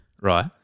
Right